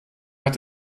hat